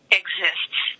exists